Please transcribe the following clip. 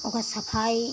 ओका सफाई